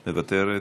מוותרת,